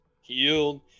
healed